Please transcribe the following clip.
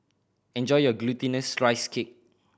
enjoy your Glutinous Rice Cake